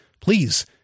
Please